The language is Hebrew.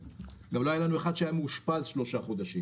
גם לא היה לנו אחד שהיה מאושפז שלושה חודשים,